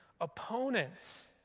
opponents